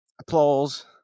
applause